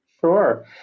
Sure